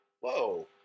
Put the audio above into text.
whoa